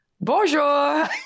Bonjour